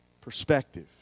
Perspective